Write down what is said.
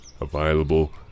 available